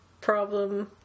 problem